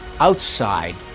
Outside